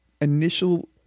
initial